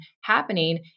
happening